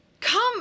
Come